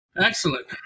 Excellent